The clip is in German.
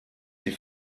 die